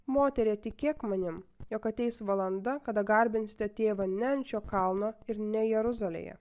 moterie tikėk manim jog ateis valanda kada garbinsite tėvą ne ant šio kalno ir ne jeruzalėje